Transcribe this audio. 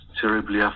terribly